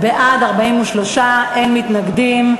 בעד, 43, אין מתנגדים.